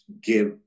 give